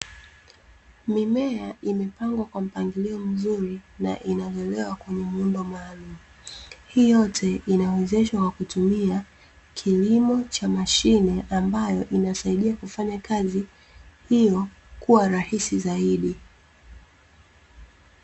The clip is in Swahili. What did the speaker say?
Mimea imepangwa kwa mpangilio mzuri, na inalelewa kwenye muundo maalumu. Hii yote inawezeshwa kwa kutumia kilimo cha mashine ambayo, inasaidia kufanya kazi hiyo kuwa rahisi zaidi.